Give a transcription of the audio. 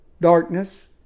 darkness